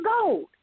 gold